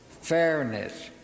fairness